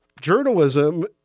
journalism